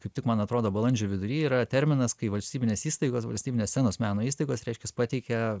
kaip tik man atrodo balandžio vidury yra terminas kai valstybinės įstaigos valstybinės scenos meno įstaigos reiškias pateikia